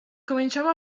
cominciano